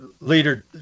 Leader